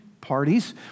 parties